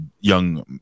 young